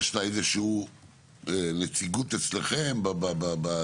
יש לה איזה שהוא נציגות אצלכם בדירקטוריון,